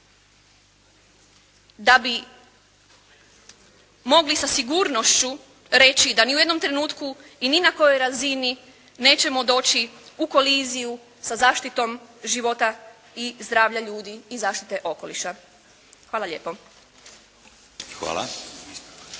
da bi mogli sa sigurnošću reći da ni u jednom trenutku i na kojoj razini nećemo doći u koliziju sa zaštitom života i zdravlja ljudi i zaštite okoliša. Hvala lijepo.